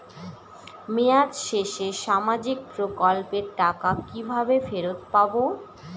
মেয়াদ শেষে সামাজিক প্রকল্পের টাকা কিভাবে ফেরত পাবো?